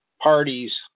parties